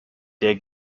der